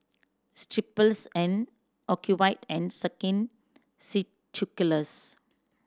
Strepsils and Ocuvite and Skin Ceuticals